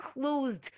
closed